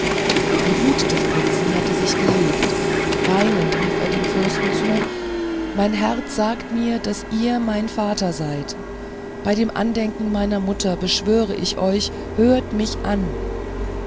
die wut des prinzen hatte sich gelegt weinend rief er dem fürsten zu mein herz sagt mir daß ihr mein vater seid bei dem andenken meiner mutter beschwöre ich euch hört mich an